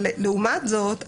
לעומת זאת,